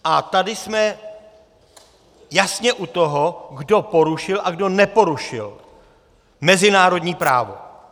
A tady jsme jasně u toho, kdo porušil a kdo neporušil mezinárodní právo.